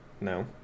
No